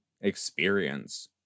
experience